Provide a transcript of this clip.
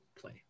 play